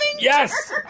Yes